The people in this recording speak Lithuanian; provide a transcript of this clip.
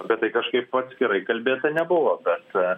bet tai kažkaip atskirai kalbėta nebuvo bet